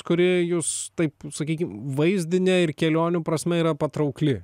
kuri jus taip sakykim vaizdine ir kelionių prasme yra patraukli